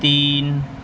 تین